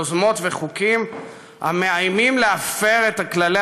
יוזמות וחוקים המאיימים להפר את כללי